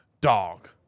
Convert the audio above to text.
Dog